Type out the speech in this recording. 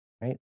right